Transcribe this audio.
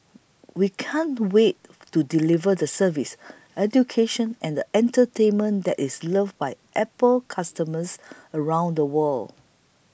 we can't wait to deliver the service education and entertainment that is loved by Apple customers around the world